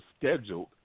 scheduled